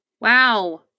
Wow